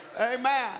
Amen